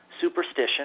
Superstition